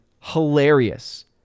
hilarious